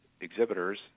exhibitors